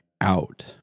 out